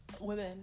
women